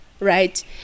right